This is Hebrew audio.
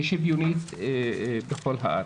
ושוויונית בכל הארץ.